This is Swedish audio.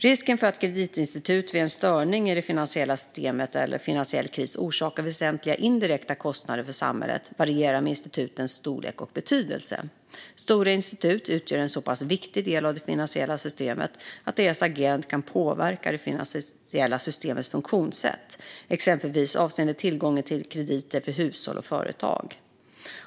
Risken för att ett kreditinstitut vid en störning i det finansiella systemet eller en finansiell kris orsakar väsentliga indirekta kostnader för samhället varierar med institutens storlek och betydelse. Stora institut utgör en så pass viktig del av det finansiella systemet att deras agerande kan påverka det finansiella systemets funktionssätt, exempelvis avseende tillgången till krediter för hushåll och företag.